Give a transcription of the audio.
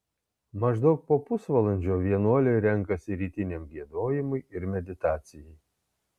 maždaug po pusvalandžio vienuoliai renkasi rytiniam giedojimui ir meditacijai